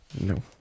No